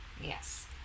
Yes